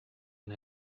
and